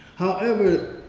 however,